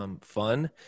fun